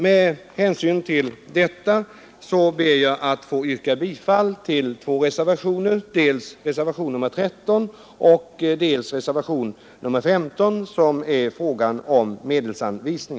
Med hänvisning till det sagda ber jag att få yrka bifall till dels reservation 13, dels reservation 15, som gäller frågan om viss medelsanvisning.